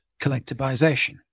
collectivization